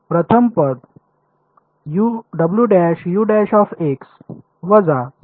तर प्रथम पद वजा आहे